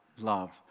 love